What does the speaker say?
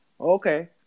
okay